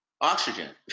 oxygen